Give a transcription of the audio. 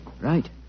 Right